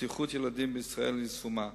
לבטיחות ילדים בישראל וליישומה,